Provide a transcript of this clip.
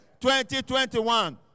2021